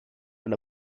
and